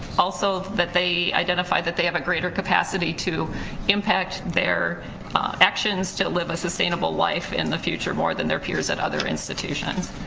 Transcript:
also that they identify that they have a greater capacity to impact their actions to live a sustainable life in the future, more than their peers in other institutions.